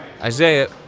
Isaiah